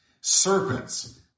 serpents